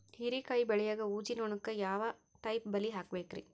ಹೇರಿಕಾಯಿ ಬೆಳಿಯಾಗ ಊಜಿ ನೋಣಕ್ಕ ಯಾವ ಟೈಪ್ ಬಲಿ ಹಾಕಬೇಕ್ರಿ?